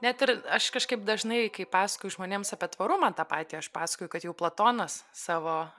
net ir aš kažkaip dažnai kai pasakoju žmonėms apie tvarumą tą patį aš pasakoju kad jau platonas savo